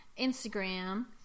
Instagram